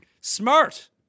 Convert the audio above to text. Smart